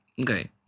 okay